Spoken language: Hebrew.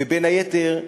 ובין היתר,